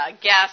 guest